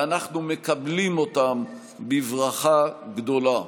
ואנחנו מקבלים אותם בברכה גדולה.